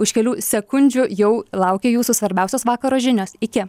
už kelių sekundžių jau laukia jūsų svarbiausios vakaro žinios iki